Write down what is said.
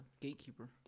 gatekeeper